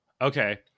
Okay